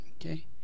Okay